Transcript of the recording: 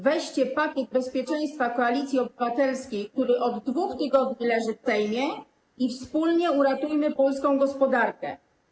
Weźcie pakiet bezpieczeństwa Koalicji Obywatelskiej, który od 2 tygodni leży w Sejmie, i wspólnie uratujmy polską gospodarkę.